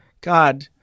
God